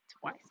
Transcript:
twice